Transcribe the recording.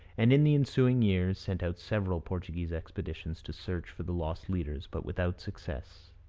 and in the ensuing years sent out several portuguese expeditions to search for the lost leaders, but without success.